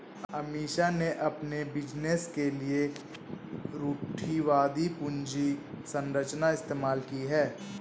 अमीषा ने अपने बिजनेस के लिए रूढ़िवादी पूंजी संरचना इस्तेमाल की है